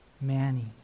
Manny